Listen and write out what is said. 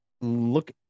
Look